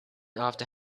after